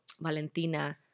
Valentina